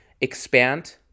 expand